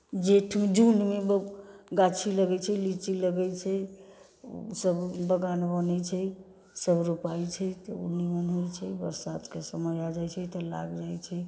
जेठ जूनमे गाछी लगै छै लीची लगै छै सभ बगान बनै छै सभ रोपाइ छै तऽ ओ निम्मन होइ छै बरसातके समय आ जाइ छै तऽ लागि जाइ छै